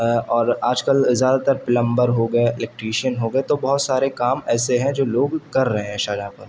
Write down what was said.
اور آج کل زیادہ تر پلمبر ہوگیا الیکٹیشن ہوگیا تو بہت سارے کام ایسے ہیں جو لوگ کر رہے ہیں شاہجہاں پور میں